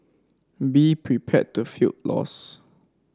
be prepared to feel lost